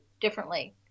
differently